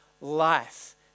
life